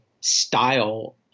style